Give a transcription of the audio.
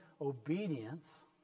obedience